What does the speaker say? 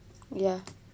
ya